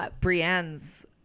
Brienne's